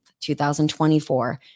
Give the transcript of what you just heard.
2024